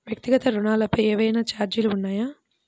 వ్యక్తిగత ఋణాలపై ఏవైనా ఛార్జీలు ఉన్నాయా?